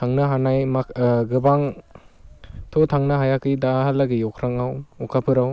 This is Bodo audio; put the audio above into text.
थांनो हानाय गोबांथ' थांनो हायाखै दाहालागै अख्रांआव अखाफोराव